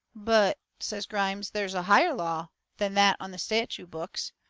but, says grimes, there's a higher law than that on the statute books.